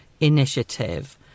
initiative